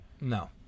No